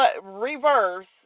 reverse